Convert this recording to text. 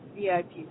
VIP